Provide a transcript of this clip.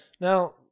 Now